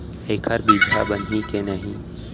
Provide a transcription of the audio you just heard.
एखर बीजहा बनही के नहीं?